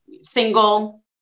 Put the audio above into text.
single